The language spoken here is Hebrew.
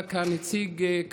אני לא זכאי --- כן,